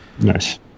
Nice